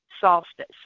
solstice